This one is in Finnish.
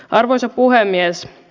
arvoisa puhemies